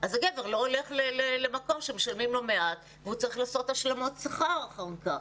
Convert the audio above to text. הגבר לא הולך למקום שמשלמים לו מעט והוא צריך לעשות השלמות שכר אחר כך.